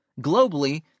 Globally